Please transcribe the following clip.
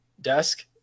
desk